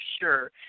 sure